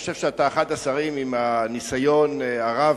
אני חושב שאתה אחד השרים עם ניסיון רב